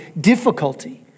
difficulty